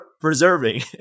preserving